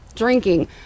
drinking